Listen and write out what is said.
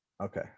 Okay